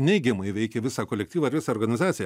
neigiamai veikia visą kolektyvą ir visą organizaciją